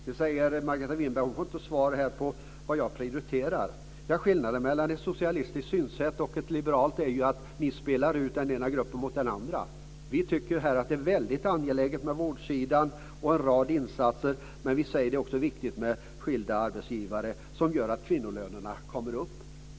Sedan säger Margareta Winberg att hon inte får svar på vad jag prioriterar. Skillnaden mellan ett socialistiskt synsätt och ett liberalt är ju att ni spelar ut den ena gruppen mot den andra. Vi tycker att det är väldigt angeläget med vårdsidan och en rad insatser där, men vi säger också att det är viktigt med skilda arbetsgivare som gör att kvinnolönerna kommer upp.